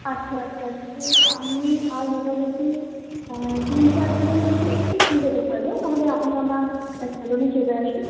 আচ্ছা আচ্ছা তো আমি আর মোটামুটি তিন চার দিনের মধ্যে একটু ফ্রি হতে পারব তাহলে আপনি আমার স্যালনে চলে আসুন